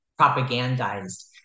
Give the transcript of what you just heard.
propagandized